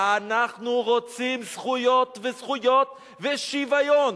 אנחנו רוצים זכויות וזכויות ושוויון.